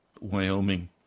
Wyoming